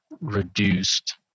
reduced